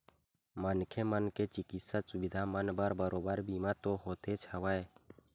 मनखे मन के चिकित्सा सुबिधा मन बर बरोबर बीमा तो होतेच हवय